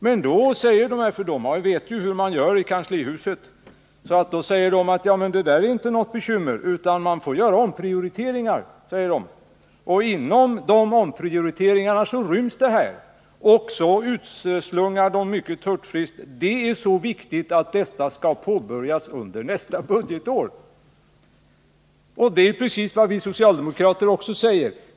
Men de här motionärerna vet hur man gör i kanslihuset och säger: Det är inte något bekymmer, vi får göra omprioriteringar. Inom de omprioriteringarna ryms detta förslag, och de utslungar hurtfriskt att denna utbyggnad är så viktig att den skall påbörjas under nästa budgetår. Det är precis vad vi socialdemokrater också säger.